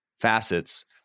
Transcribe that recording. facets